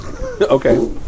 Okay